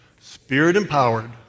Spirit-empowered